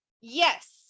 yes